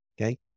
Okay